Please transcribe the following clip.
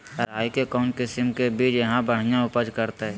राई के कौन किसिम के बिज यहा बड़िया उपज करते?